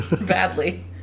Badly